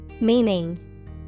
Meaning